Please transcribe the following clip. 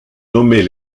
nommés